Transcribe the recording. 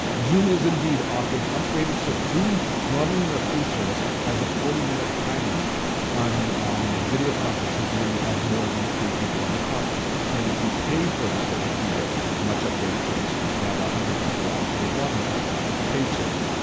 zoom is indeed offering upgraded service, zoom normally in their free service has a forty minute time limit on on video conferences where you have more than three people on the conference and then if you pay for the service you get much upgraded service and you could have one ah hundred people on for as long as you want with the paid service.